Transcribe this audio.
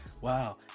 Wow